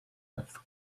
depth